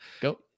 go